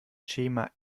schema